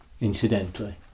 incidentally